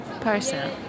person